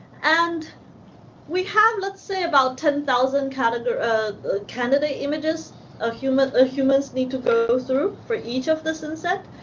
and we have, let's say about ten thousand category ah candidate images of human of humans need to go through for each of the synset.